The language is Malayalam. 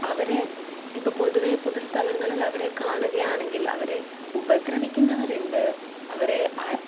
അവരെ ഇപ്പം പൊതുവെ പൊതുസ്ഥലങ്ങളിൽ അവരെ കാണുകയാണെങ്കിൽ അവരെ ഉപദ്രവിക്കുന്നവരുണ്ട് അവരെ